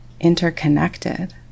interconnected